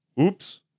Oops